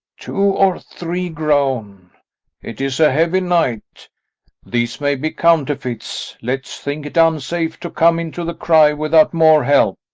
two or three groan it is a heavy night these may be counterfeits let's think't unsafe to come in to the cry without more help.